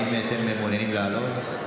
האם אתם מעוניינים לעלות?